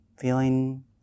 feeling